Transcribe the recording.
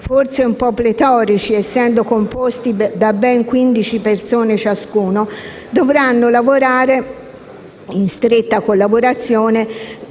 forse un po' pletorici, essendo composti da ben quindici persone ciascuno, dovranno lavorare in stretta collaborazione